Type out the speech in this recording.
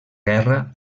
guerra